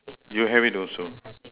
you have it also